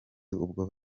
ubwo